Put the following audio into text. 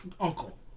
uncle